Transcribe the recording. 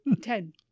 Ten